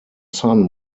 son